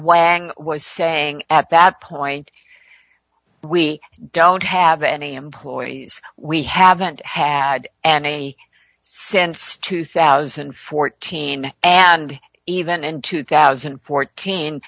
wang was saying at that point we don't have any employees we haven't had an e a since two thousand and fourteen and even in two thousand and fourteen